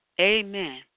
Amen